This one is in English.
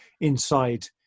inside